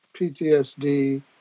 PTSD